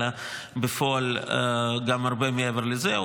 אלא בפועל גם הרבה מעבר לזה.